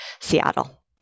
Seattle